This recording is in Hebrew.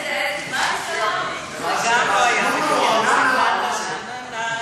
זה: נה, נה,